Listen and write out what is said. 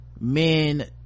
men